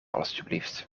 alstublieft